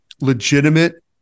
legitimate